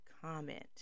comment